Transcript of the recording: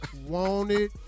Wanted